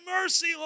mercy